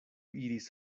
iris